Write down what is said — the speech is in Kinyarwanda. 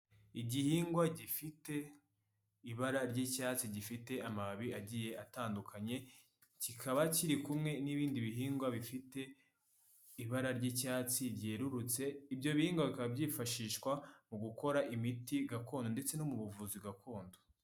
Igihingwa gifite ibara ry'icyatsi gifite amababi agiye atandukanye, kikaba kiri kumwe n'ibindi bihingwa bifite ibara ry'icyatsi ryerurutse, ibyo bihingwa bikaba byifashishwa mu gukora imiti gakondo ndetse no mu buvuzi gakondo.